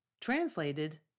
translated